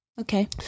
Okay